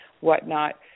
whatnot